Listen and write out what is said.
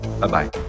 Bye-bye